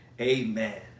Amen